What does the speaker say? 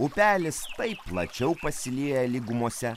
upelis tai plačiau pasilieja lygumose